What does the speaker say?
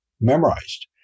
memorized